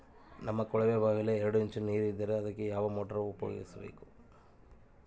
ನಮ್ಮ ಕೊಳವೆಬಾವಿಯಲ್ಲಿ ಎರಡು ಇಂಚು ನೇರು ಇದ್ದರೆ ಅದಕ್ಕೆ ಯಾವ ಮೋಟಾರ್ ಉಪಯೋಗಿಸಬೇಕು?